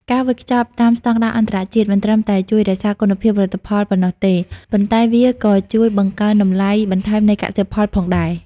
ការវេចខ្ចប់តាមស្ដង់ដារអន្តរជាតិ មិនត្រឹមតែជួយរក្សាគុណភាពផលិតផលប៉ុណ្ណោះទេ ប៉ុន្តែវាក៏ជួយបង្កើនតម្លៃបន្ថែមនៃកសិផលផងដែរ។